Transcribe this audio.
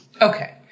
Okay